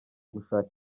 gushaka